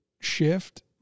shift –